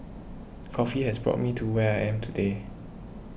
coffee has brought me to where I am today